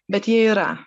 bet jie yra